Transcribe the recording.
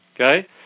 Okay